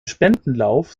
spendenlauf